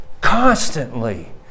constantly